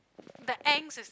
the angst is